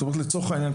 לצורך העניין,